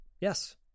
Yes